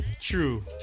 True